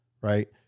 right